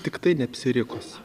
tiktai neapsirikus